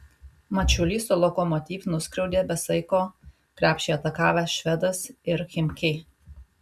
mačiulį su lokomotiv nuskriaudė be saiko krepšį atakavęs švedas ir chimki